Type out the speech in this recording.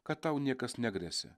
kad tau niekas negresia